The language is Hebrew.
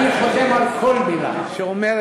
אני חותם על כל מילה שאומרת